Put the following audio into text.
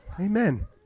Amen